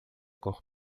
corre